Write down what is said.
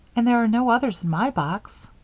and there are no others in my box.